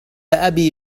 أبي